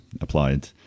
applied